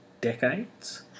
decades